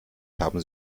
haben